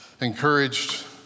encouraged